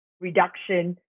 reduction